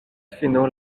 fino